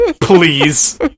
Please